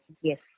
Yes